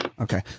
Okay